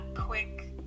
quick